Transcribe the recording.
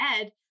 ed